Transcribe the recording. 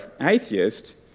atheist